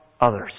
others